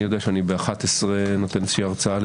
ב-11:00 אני נותן הרצאה.